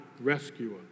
rescuer